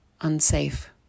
unsafe